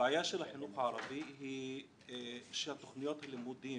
הבעיה של החינוך הערבי היא שתוכניות הלימודים